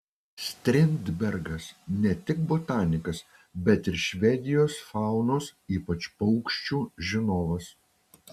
strindbergas ne tik botanikas bet ir švedijos faunos ypač paukščių žinovas